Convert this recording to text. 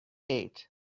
eight